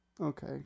Okay